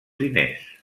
diners